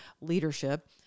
leadership